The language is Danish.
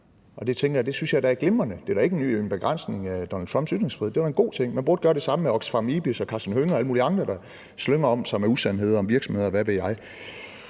da er glimrende. Det er da ikke en begrænsning af Donald Trumps ytringsfrihed. Det var en god ting. Man burde gøre det samme med Oxfam IBIS og Karsten Hønge og alle mulige andre, der slynger om sig med usandheder om virksomheder,